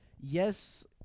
yes